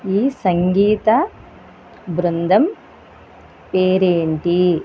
ఈ సంగీత బృందం పేరు ఏంటి